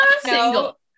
single